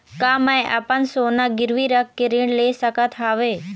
का मैं अपन सोना गिरवी रख के ऋण ले सकत हावे?